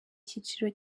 cyiciro